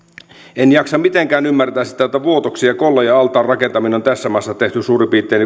en jaksa mitenkään ymmärtää sitä että vuotoksen ja kollajan altaiden rakentaminen on tässä maassa suurin piirtein